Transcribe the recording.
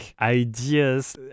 ideas